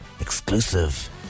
exclusive